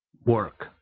work